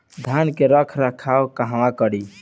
धान के रख रखाव कहवा करी?